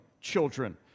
children